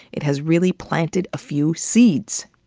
it has really planted a few seeds!